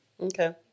Okay